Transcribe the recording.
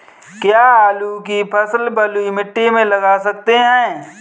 क्या आलू की फसल बलुई मिट्टी में लगा सकते हैं?